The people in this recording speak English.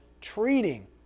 treating